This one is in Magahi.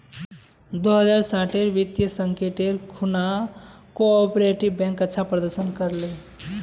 दो हज़ार साटेर वित्तीय संकटेर खुणा कोआपरेटिव बैंक अच्छा प्रदर्शन कर ले